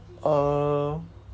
uh